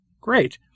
Great